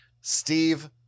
Steve